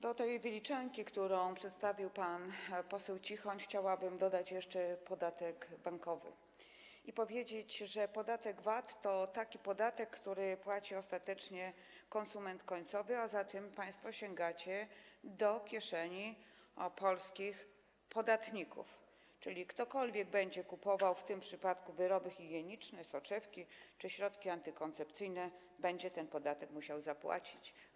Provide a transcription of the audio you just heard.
Do tej wyliczanki, którą przedstawił pan poseł Cichoń, chciałabym dodać jeszcze podatek bankowy i powiedzieć, że podatek VAT to taki podatek, który płaci ostatecznie konsument końcowy, a zatem państwo sięgacie do kieszeni polskich podatników, czyli ktokolwiek będzie kupował wyroby higieniczne, soczewki czy środki antykoncepcyjne, to ten podatek będzie musiał zapłacić.